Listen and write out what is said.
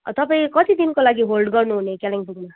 तपाईँ कति दिनको लागि होल्ड गर्नु हुने कालिम्पोङमा